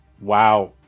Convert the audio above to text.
Wow